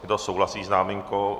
Kdo souhlasí s námitkou?